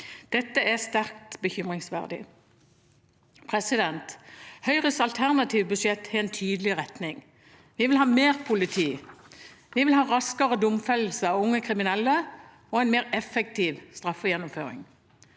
Dette er sterkt bekymringsverdig. Høyres alternative budsjett har en tydelig retning. Vi vil ha mer politi. Vi vil ha raskere domfellelse av unge kriminelle og en mer effektiv straffegjennomføring.